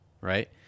right